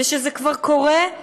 וכשזה כבר קורה,